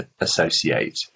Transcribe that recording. associate